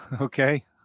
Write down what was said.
Okay